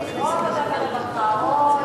או ועדת הרווחה או,